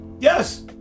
Yes